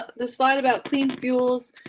the slide about the fuels.